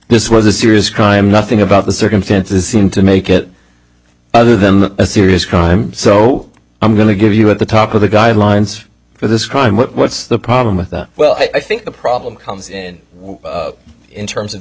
this was a serious crime nothing about the circumstances seemed to make it other than a serious crime so i'm going to give you at the top of the guidelines for this crime what's the problem with the well i think the problem comes in in terms of